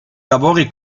lavori